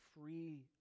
free